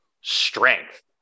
strength